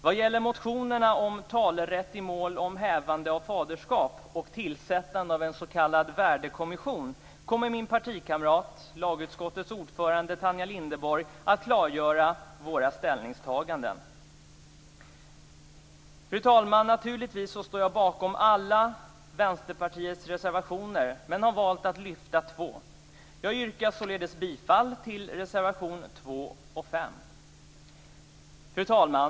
Vad gäller motionerna om talerätt i mål om hävande av faderskap och tillsättande av en s.k. värdekommission kommer min partikamrat, lagutskottets ordförande, Tanja Linderborg att klargöra våra ställningstaganden. Fru talman! Naturligtvis står jag bakom alla Vänsterpartiets reservationer men har valt att lyfta fram två. Jag yrkar således bifall till reservationerna 2 Fru talman!